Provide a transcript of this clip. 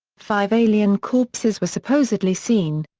five alien corpses were supposedly seen.